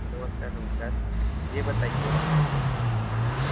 नमस्कार नमस्कार यह बताइए कि